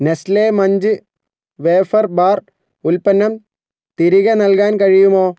Nestlé Munch wafer bar ഉൽപ്പന്നം തിരികെ നൽകാൻ കഴിയുമോ